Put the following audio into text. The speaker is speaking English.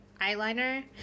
eyeliner